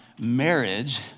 marriage